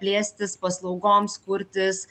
plėstis paslaugoms kurtis